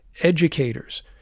educators